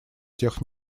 тех